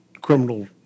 criminal